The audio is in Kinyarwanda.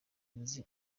nzi